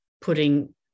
putting